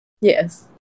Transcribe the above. Yes